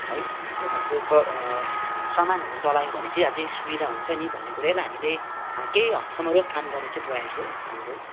है सामानहरू चलायौँ भने चाहिँ अझै सुविधा हुन्छ नि भन्ने कुरालाई हामीले केही हदसम्म चाहिँ रोकथाम गर्ने प्रयास हो हाम्रो